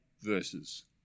verses